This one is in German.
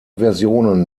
versionen